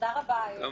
גם